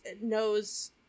knows